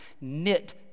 knit